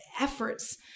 efforts